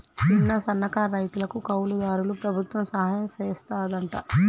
సిన్న, సన్నకారు రైతులకు, కౌలు దారులకు ప్రభుత్వం సహాయం సెత్తాదంట